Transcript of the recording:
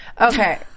Okay